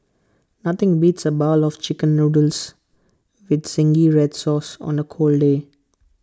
nothing beats A bowl of Chicken Noodles with Zingy Red Sauce on A cold day